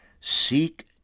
Seek